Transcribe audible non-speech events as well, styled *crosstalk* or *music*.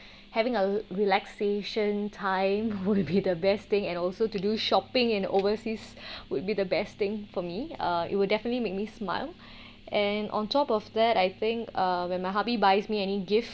*breath* having a relaxation time *laughs* would be the best thing and also to do shopping in overseas *laughs* would be the best thing for me uh it would definitely make me smile *breath* and on top of that I think uh when my hubby buys me any gift